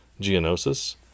Geonosis